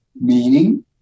meaning